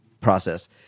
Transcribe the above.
process